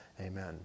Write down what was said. Amen